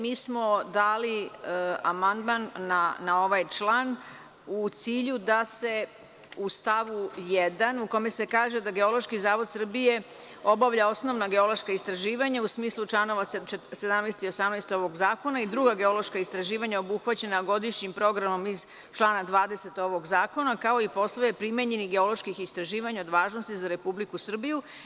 Mi smo dali amandman na ovaj član u cilju da se u stavu 1. u kome se kaže da Geološki zavod Srbije, obavlja osnovna geološka istraživanja u smislu članova 17. i 18. ovog zakona, i druga geološka istraživanja obuhvaćena godišnjim programom iz člana 20. ovog zakona, kao i poslove primenjenih geoloških istraživanja od važnosti za Republiku Srbiju.